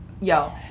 Yo